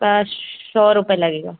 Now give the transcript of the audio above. सात सौ रुपये लगेगा